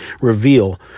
reveal